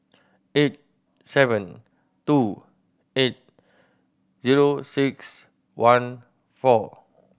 eight seven two eight zero six one four